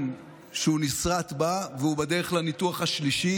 שהוא נסרט בה והוא בדרך לניתוח השלישי.